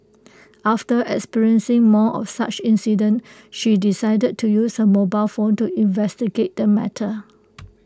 after experiencing more of such incidents she decided to use her mobile phone to investigate the matter